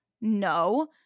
no